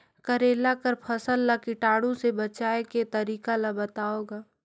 करेला कर फसल ल कीटाणु से बचाय के तरीका ला बताव ग?